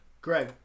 Greg